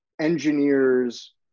engineers